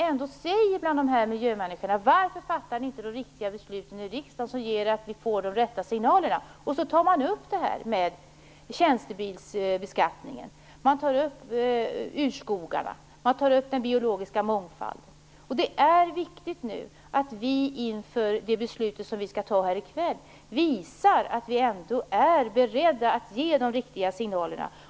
Miljömänniskorna där undrade varför vi inte fattar de riktiga besluten riksdagen som skulle ge de rätta signalerna. Sedan tar man upp detta med tjänstebilsbeskattningen, urskogarna och den biologiska mångfalden. Det är nu viktigt att vi inför det beslut som skall fattas senare i dag visar att vi ändå är beredda att ge de riktiga signalerna.